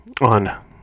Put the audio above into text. on